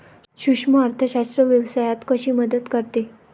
सूक्ष्म अर्थशास्त्र व्यवसायात कशी मदत करते?